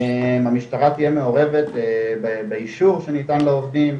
המשטרה תהיה מעורבת באישור שניתן לעובדים,